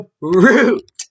Root